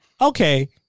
Okay